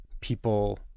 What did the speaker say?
people